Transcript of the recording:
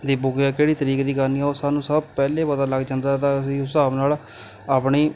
ਦੀ book ਹੈ ਕਿਹੜੀ ਤਰੀਕ ਦੀ ਕਰਨੀ ਉਹ ਸਾਨੂੰ ਸਭ ਪਹਿਲੇ ਪਤਾ ਲੱਗ ਜਾਂਦਾ ਤਾਂ ਅਸੀਂ ਉਸ ਹਿਸਾਬ ਨਾਲ ਆਪਣੀ